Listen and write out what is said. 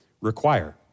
require